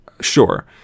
sure